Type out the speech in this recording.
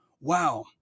Wow